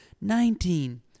Nineteen